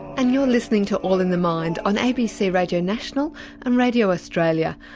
and you're listening to all in the mind on abc radio national and radio australia,